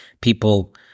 people